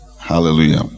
hallelujah